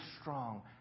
strong